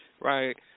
Right